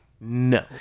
no